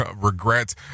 regrets